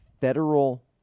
federal